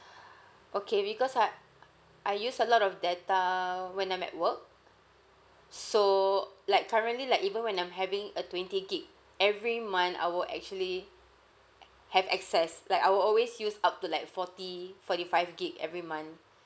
okay because I uh I use a lot of data when I'm at work uh so like currently like even when I'm having a twenty gigabyte every month I will actually uh have access like I will always use up to like forty forty five gigabyte every month